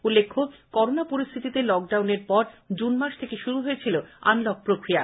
উল্লেখ্য করোনা পরিস্থিতিতে লকডাউনের পর জুন মাস থেকে শুরু হয়েছিল আনলক প্রক্রিয়া